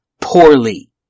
poorly